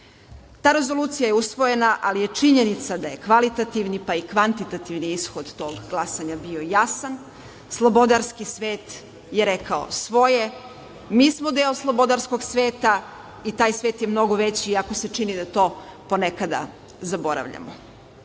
Rezolucija je usvojena, ali je činjenica je kvalitativni i kvantitativni ishod tog glasanja bio jasan, slobodarski svet je rekao svoje, a mi smo deo slobodarskog sveta i taj svet je mnogo veći, iako se čini da to ponekada zaboravljamo.